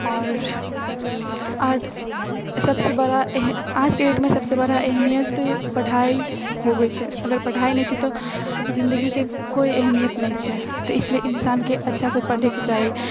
आओर आओर सभसँ बड़ा इएह आजके डेटमे सभसँ बड़ा अहमियत पढ़ाइ होबए छै अगर पढ़ाइ नहि छै तऽ जिन्दगीके कोइ अहमियत नहि छै तऽ इसलिए इन्सानके अच्छासँ पढ़एके चाही